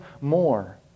more